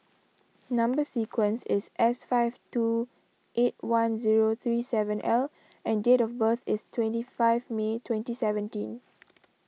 Number Sequence is S five two eight one zero three seven L and date of birth is twenty five May twenty seventeen